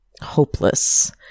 hopeless